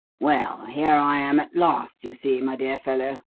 well, here i am at last, you see, my dear fellow,